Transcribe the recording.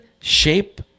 shape